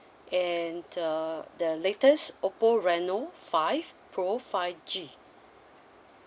and uh the latest Oppo reno five pro five G